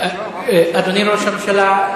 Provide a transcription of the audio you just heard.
אדוני ראש הממשלה,